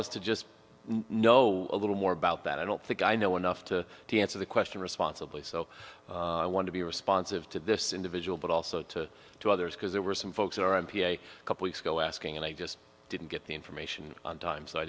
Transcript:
us to just know a little more about that i don't think i know enough to answer the question responsibly so i want to be responsive to this individual but also to to others because there were some folks who are n p a a couple weeks ago asking and i just didn't get the information on time so i